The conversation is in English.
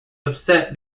upset